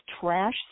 trash